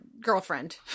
girlfriend